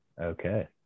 Okay